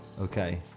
okay